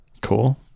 Cool